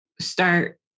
start